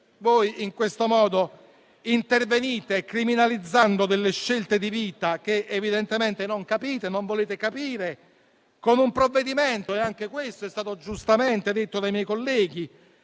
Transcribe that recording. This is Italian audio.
Voi in questo modo intervenite criminalizzando delle scelte di vita, che evidentemente non capite e non volete capire, con un provvedimento - e anche questo è stato giustamente sottolineato dai miei colleghi